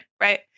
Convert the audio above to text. right